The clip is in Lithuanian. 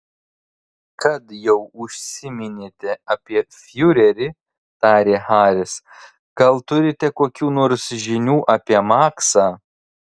kad jau užsiminėte apie fiurerį tarė haris gal turite kokių nors žinių apie maksą